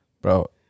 Bro